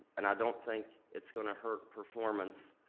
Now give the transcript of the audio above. and i don't think it's gonna hurt performance,